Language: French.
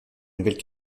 nouvelle